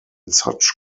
such